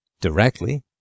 directly